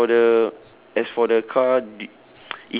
then as for the as for the car did